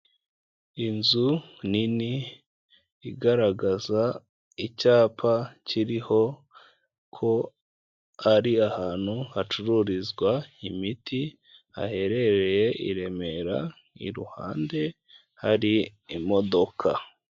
Inzu nini igaragaza icyapa kiriho ko ari ahantu hacururizwa imiti haherereye i Remera, iruhande hari imodoka.